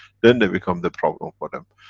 then they become the problem for them.